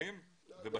מומחים ובשטח.